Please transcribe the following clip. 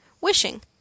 wishing